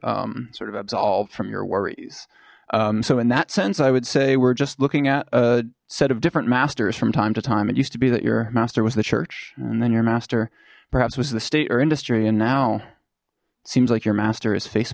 sort of absolved from your worries so in that sense i would say we're just looking at a set of different masters from time to time it used to be that your master was the church and then your master perhaps was the state or industry and now seems like your master is face